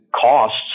Costs